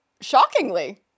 shockingly